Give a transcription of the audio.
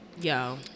yo